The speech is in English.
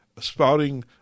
spouting